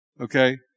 Okay